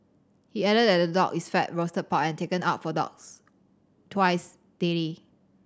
he added that the dog is fed roasted pork and taken out for dogs twice daily